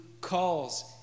calls